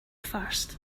first